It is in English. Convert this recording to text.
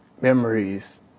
memories